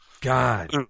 God